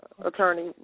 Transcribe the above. attorney